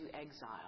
exile